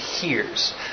hears